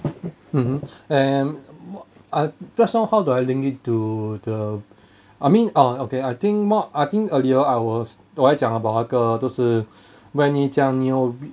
mmhmm and I that's how do I link it to the I mean ah okay I think I think earlier I was 我还讲 about 那个都是 when 你讲你有